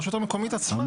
הרשות המקומית עצמה.